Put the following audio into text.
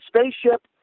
spaceship